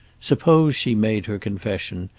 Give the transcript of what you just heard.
suppose she made her confession,